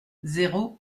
zéro